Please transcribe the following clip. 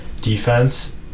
defense